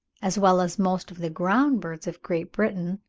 as well as most of the ground-birds of great britain,